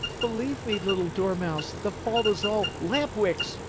believe me, little dormouse, the fault is all lamp-wick's.